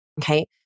okay